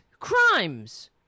Crimes